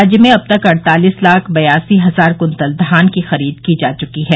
राज्य में अब तक अड़तालिस लाख बयासी हजार कुन्तल धान की खरीद की जा चुकी है